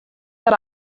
that